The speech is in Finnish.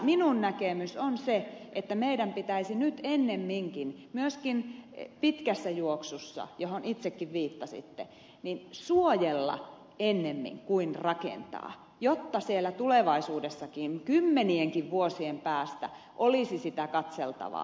minun näkemykseni on se että meidän pitäisi nyt ennemminkin myöskin pitkässä juoksussa johon itsekin viittasitte suojella ennemmin kuin rakentaa jotta siellä tulevaisuudessakin kymmenienkin vuosien päästä olisi sitä katseltavaa ja ihasteltavaa